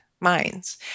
minds